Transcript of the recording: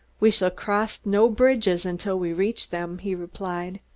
we shall cross no bridges until we reach them, he replied.